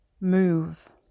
move